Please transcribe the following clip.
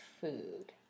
Food